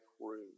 room